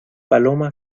paloma